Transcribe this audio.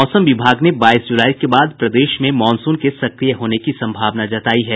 मौसम विभाग ने बाईस जुलाई के बाद प्रदेश में मानसून के सक्रिय होने की संभावना जतायी है